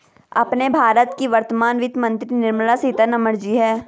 अपने भारत की वर्तमान वित्त मंत्री निर्मला सीतारमण जी हैं